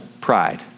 Pride